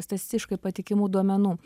statistiškai patikimų duomenų